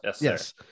yes